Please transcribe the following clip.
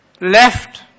left